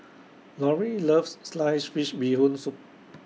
Lorri loves Sliced Fish Bee Hoon Soup